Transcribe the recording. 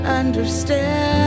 understand